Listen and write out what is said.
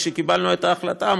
כשקיבלנו את ההחלטה,